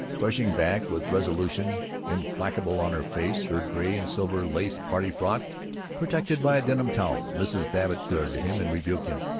rushing back with resolution implacable on her face her gray and silver-lace party frock protected by a denim towel, mrs. babbitt glared at him, and rebuked him,